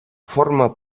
forma